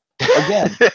Again